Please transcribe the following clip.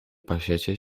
pasiecie